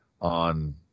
on